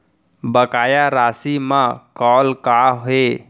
बकाया राशि मा कॉल का हे?